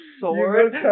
sword